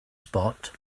spot